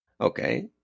Okay